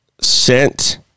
sent